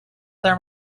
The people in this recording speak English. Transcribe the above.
there